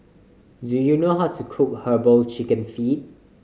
do you know how to cook Herbal Chicken Feet